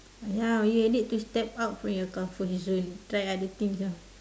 ya you need to step out from your comfort zone try other things lah